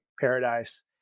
paradise